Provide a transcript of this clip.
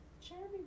Jeremy